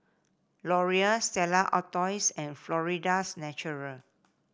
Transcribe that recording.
Laurier Stella Artois and Florida's Natural